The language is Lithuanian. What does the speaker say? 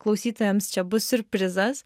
klausytojams čia bus siurprizas